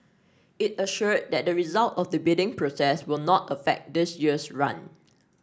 it assured that the result of the bidding process will not affect this year's run